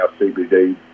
CBD